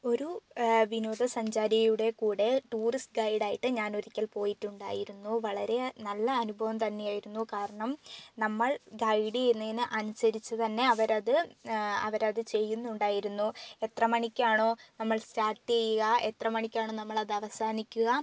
ഒരു വിനോദസഞ്ചാരിയുടെ കൂടെ ടൂറിസ്റ്റ് ഗൈഡായിട്ട് ഞാൻ ഒരിക്കൽ പോയിട്ടുണ്ടായിരുന്നു വളരെ നല്ല അനുഭവം തന്നെ ആയിരുന്നു കാരണം നമ്മൾ ഗൈഡ് ചെയ്യുന്നതിന് അനുസരിച്ചു തന്നെ അവരത് അവരത് ചെയ്യുന്നുണ്ടായിരുന്നു എത്ര മണിക്കാണോ നമ്മൾ സ്റ്റാർട്ട് ചെയ്യുക എത്ര മണിക്കാണോ നമ്മളത് അവസാനിക്കുക